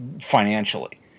financially